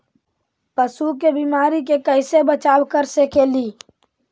पशु के बीमारी से कैसे बचाब कर सेकेली?